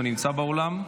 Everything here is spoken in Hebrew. הוא נמצא באולם?